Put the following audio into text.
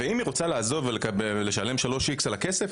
ואם היא רוצה לעזוב ולשלם 3X על הכסף